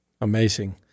Amazing